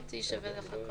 על הדיון המהותי שווה לחכות